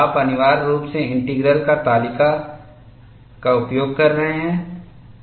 आप अनिवार्य रूप से इंटीग्रल की तालिका का उपयोग कर रहे हैं